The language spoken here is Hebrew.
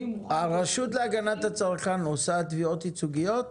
אני מוכן פה --- הרשות להגנת הצרכן מגישה תביעות ייצוגיות?